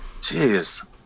Jeez